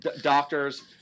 doctors